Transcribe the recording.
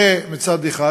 זה מצד אחד.